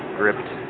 gripped